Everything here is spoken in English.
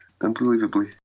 unbelievably